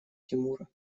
тимура